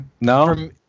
No